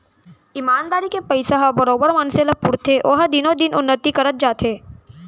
ईमानदारी के पइसा ह बरोबर मनसे ल पुरथे ओहा दिनो दिन उन्नति करत जाथे